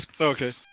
Okay